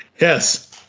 Yes